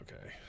okay